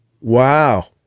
Wow